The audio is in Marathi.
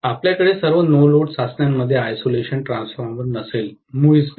आपल्याकडे सर्व नो लोड चाचण्यांमध्ये आयसोलेशन ट्रान्सफॉर्मर नसेल मुळीच नाही